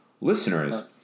listeners